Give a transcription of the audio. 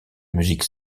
musique